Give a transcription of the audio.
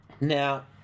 Now